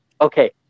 Okay